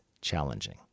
challenging